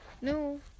No